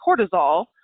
cortisol